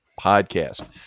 podcast